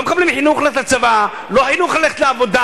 לא מקבלים חינוך ללכת לצבא ולא חינוך ללכת לעבודה.